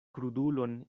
krudulon